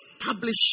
establish